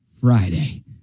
Friday